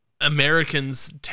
Americans